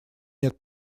нет